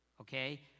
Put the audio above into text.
Okay